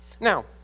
Now